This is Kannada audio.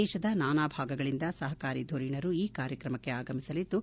ದೇಶದ ನಾನಾ ಭಾಗಗಳಿಂದ ಸಹಕಾರಿ ದುರೀಣರು ಈ ಕಾರ್ಯಕ್ರಮಕ್ಕೆ ಆಗಮಿಸಲಿದ್ದು